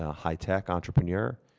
ah high tech entrepreneur.